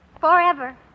forever